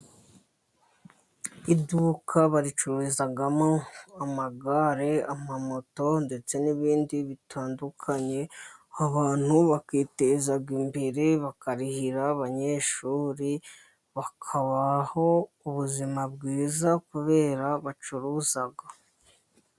Iduka baricururizamo amagare, amamoto, ndetse n'ibindi bitandukanye abantu bakiteza imbere, bakarihira abanyeshuri, bakabaho ubuzima bwiza kubera bacuruza.